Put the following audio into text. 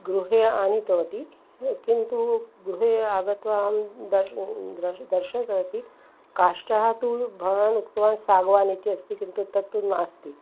गृहे आनीतवती किन्तु गृहे आगत्य अहं दूरं द्रव्यं दर्शितवती काष्टः तु भवान् उक्तवान् सागवान् इति अस्ति किन्तु तत्तु नास्ति